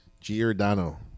Giordano